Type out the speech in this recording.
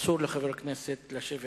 אסור לחבר הכנסת לשבת